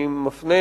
אני מפנה,